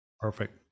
Perfect